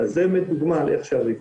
אז זו באמת דוגמה על איך שהרגולציה,